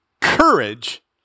courage